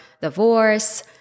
divorce